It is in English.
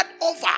over